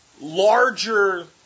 larger